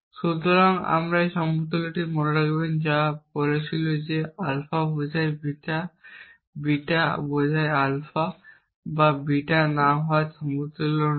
সুতরাং এই সমতুল্যটি মনে রাখবেন যা বলেছিল যে আলফা বোঝায় বিটা আলফা বা বিটা না হওয়ার সমতুল্য নয়